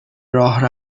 راه